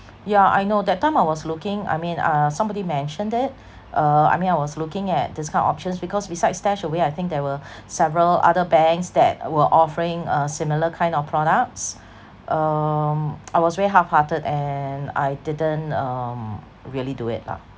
yeah I know that time I was looking I mean uh somebody mentioned it uh I mean I was looking at this kind of options because besides StashAway I think there were several other banks that were offering a similar kind of products um I was very half hearted and I didn't um really do it lah